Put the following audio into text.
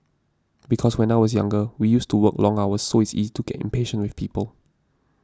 because when I was younger we used to work long hours so it's easy to get impatient with people